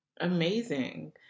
Amazing